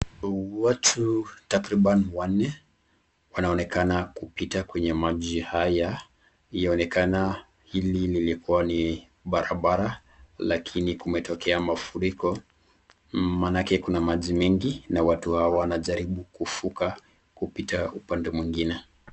Watu takriban wanne wanaonekana kupita kwenye maji haya, yaonekana hili lilikuwa ni barabara lakini kumetokea mafuriko. Maanake kuna maji mengi na watu hawa wanajaribu kuvuka kupita upande mwingine.